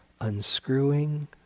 unscrewing